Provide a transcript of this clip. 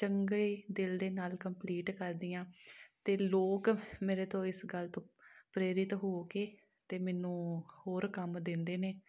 ਚੰਗੇ ਦਿਲ ਦੇ ਨਾਲ ਕੰਪਲੀਟ ਕਰਦੀ ਹਾਂ ਅਤੇ ਲੋਕ ਮੇਰੇ ਤੋਂ ਇਸ ਗੱਲ ਤੋਂ ਪ੍ਰੇਰਿਤ ਹੋ ਕੇ ਅਤੇ ਮੈਨੂੰ ਹੋਰ ਕੰਮ ਦਿੰਦੇ ਨੇ